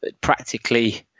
practically